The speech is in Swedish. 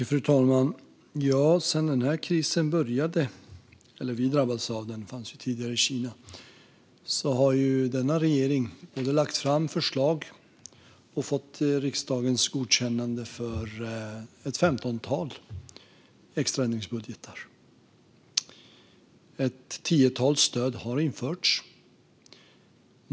Fru talman! Sedan den här krisen började drabba oss - den fanns ju i Kina innan dess - har denna regering både lagt fram förslag och fått riksdagens godkännande för ett femtontal extra ändringsbudgetar. Ett tiotal stöd har införts.